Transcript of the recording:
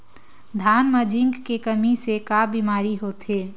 धान म जिंक के कमी से का बीमारी होथे?